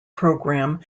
program